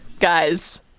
guys